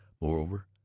Moreover